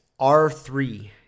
R3